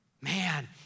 Man